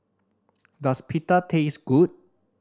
does Pita taste good